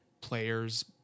players